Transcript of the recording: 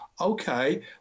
okay